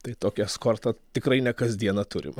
tai tokį eskortą tikrai ne kasdieną turim